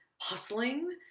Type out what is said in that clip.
hustling